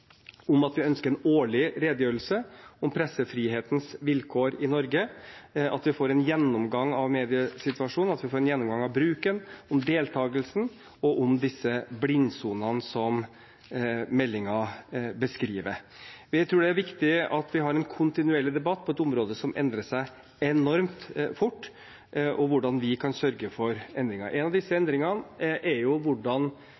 om at vi ønsker en årlig redegjørelse om pressefrihetens vilkår i Norge, at vi får en gjennomgang av mediesituasjonen, at vi får en gjennomgang av bruken, av deltakelsen, av disse blindsonene som meldingen beskriver. Vi tror det er viktig at vi har en kontinuerlig debatt på et område som endrer seg enormt fort, om hvordan vi kan sørge for endringer. En av disse endringene er hvordan